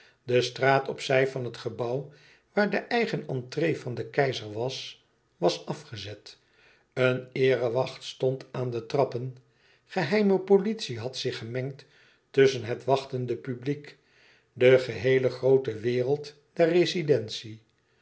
de straat op zij van het gebouw waar de eigen entrée van den keizer was was afgezet een eerewacht stond aan de trappen geheime politie had zich gemengd tusschen het wachtende publiek de geheele groote wereld der rezidentie